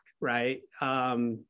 right